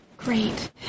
Great